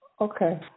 Okay